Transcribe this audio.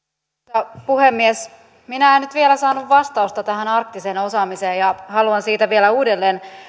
arvoisa puhemies minä en nyt vielä saanut vastausta tähän arktiseen osaamiseen ja haluan siitä vielä uudelleen